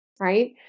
right